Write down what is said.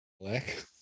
Black